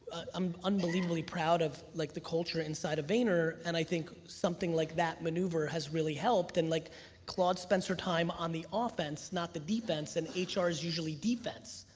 i'm unbelievably proud of like the culture inside of vayner and i think something like that maneuver has really helped. and like claude spencer time on the offense, not the defense, and ah hr is usually defense,